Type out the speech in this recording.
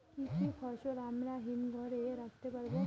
কি কি ফসল আমরা হিমঘর এ রাখতে পারব?